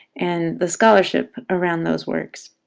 and the scholarship around those works.